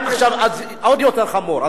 עכשיו זה עוד יותר חמור.